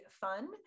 fun